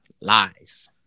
Lies